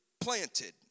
planted